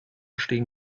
stehen